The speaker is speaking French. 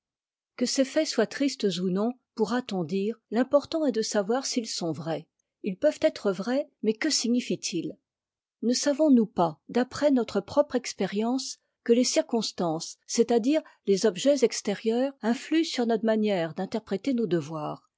que ces faits soient tristes ou non pourrat on dire l'important est de savoir s'ils sont vrais ils peuvent être vrais mais que signifient ils ne savons-nous pas d'après notre propre expérience que les circonstances c'est-à-dire tes objets extérieurs influent sur notre manière d'interpréter nos devoirs